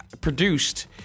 produced